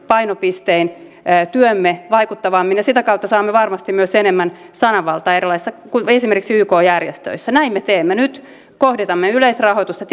painopisteen työhömme vaikuttavammin ja sitä kautta saamme varmasti myös enemmän sananvaltaa esimerkiksi erilaisissa yk järjestöissä näin me teemme nyt kohdistamme yleisrahoitusta